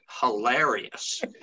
hilarious